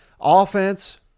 Offense